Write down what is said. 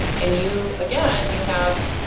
and you, again you have,